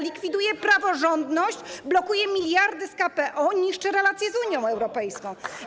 likwiduje praworządność, blokuje miliardy z KPO, niszczy relacje z Unią Europejską.